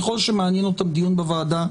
ככל שמעניין אותם הדיון בוועדה,